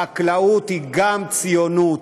החקלאות גם היא ציונות,